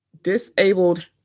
disabled